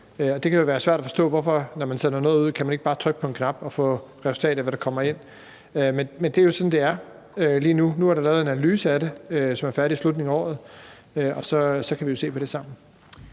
Det kan jo være svært at forstå, at man, når man sender noget ud, ikke bare kan trykke på en knap og få resultatet af det, der kommer ind, men det er jo sådan, det er lige nu. Nu laves der en analyse af det, som er færdig i slutningen af året, og så kan vi jo se på det sammen.